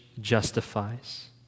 justifies